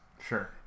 Sure